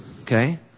Okay